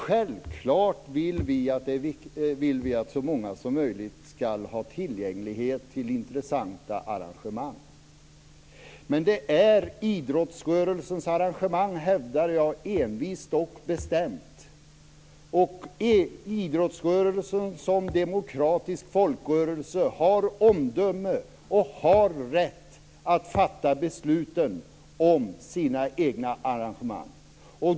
Självklart vill vi att så många som möjligt skall ha tillgång till intressanta arrangemang. Men det är idrottsrörelsens arrangemang. Det hävdar jag envist och bestämt. Idrottsrörelsen har som demokratisk folkrörelse omdöme och rätt att fatta beslut om sina egna arrangemang.